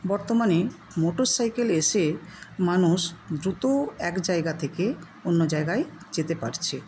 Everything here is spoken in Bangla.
বর্তমানে মোটর সাইকেল এসে মানুষ দ্রুত এক জায়গা থেকে অন্য জায়গায় যেতে পারছে